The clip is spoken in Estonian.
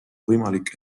võimalik